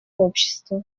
общество